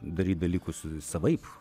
daryt dalykus savaip